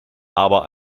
aber